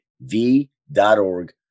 v.org